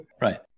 right